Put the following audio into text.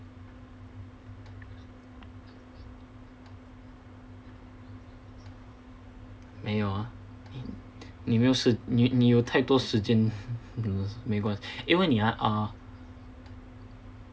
没有啊你没有时你你有太多时间没关系呃问你啊呃